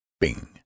bing